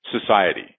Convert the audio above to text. society